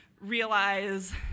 realize